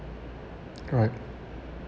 correct